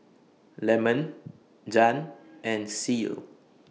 Lemon Jann and Ceil